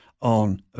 on